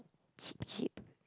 cheap cheap